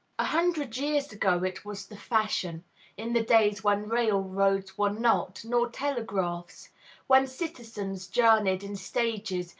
a hundred years ago it was the fashion in the days when railroads were not, nor telegraphs when citizens journeyed in stages,